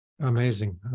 Amazing